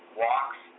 walks